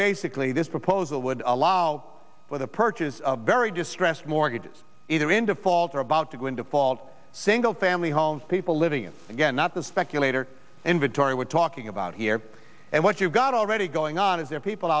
basically this proposal would allow for the purchase of very distressed mortgages either in default or about to go in default single family homes people living in again at the speculator inventory we're talking about here and what you've got already going on is there are people